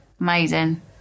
Amazing